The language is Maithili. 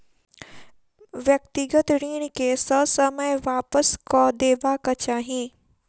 व्यक्तिगत ऋण के ससमय वापस कअ देबाक चाही